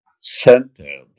centered